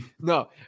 No